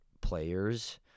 players